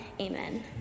Amen